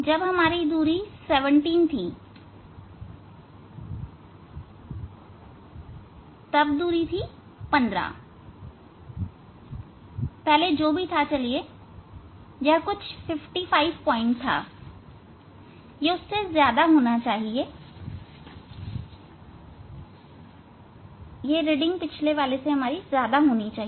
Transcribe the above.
जब दूरी 17 थी तब दूरी 15 है पहले जो भी था यह कुछ 55 पॉइंट था यह उससे ज्यादा होना चाहिए यह रीडिंग पिछले वाले से ज्यादा होनी चाहिए